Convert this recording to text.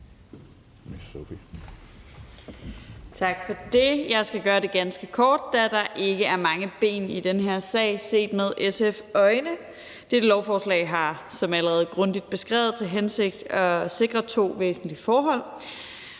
Tak for det. Jeg skal gøre det ganske kort, da der ikke er mange ben i den her sag set med SF's øjne. Dette lovforslag har som allerede grundigt beskrevet til hensigt at sikre to væsentlige forhold,